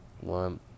One